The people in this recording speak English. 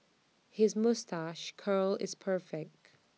his moustache curl is perfect